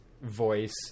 voice